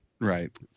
Right